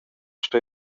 stoi